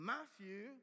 Matthew